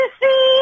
see